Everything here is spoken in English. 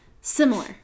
similar